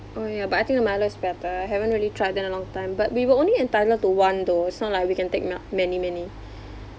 oh yeah but I think the Milo is better I haven't really tried that in a long time but we were only entitled to one though it's not like we can take ma~ many many